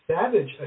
savage